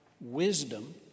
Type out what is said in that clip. wisdom